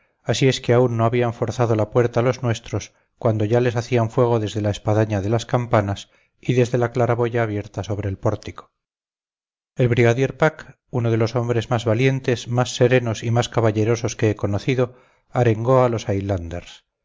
así es que aún no habían forzado la puerta los nuestros cuando ya les hacían fuego desde la espadaña de las campanas y desde la claraboya abierta sobre el pórtico el brigadier pack uno de los hombres más valientes más serenos y más caballerosos que he conocido arengó a los